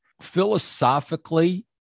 Philosophically